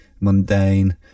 mundane